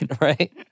right